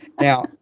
Now